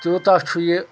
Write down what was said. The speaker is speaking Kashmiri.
تیٛوٗتاہ چھُ یہِ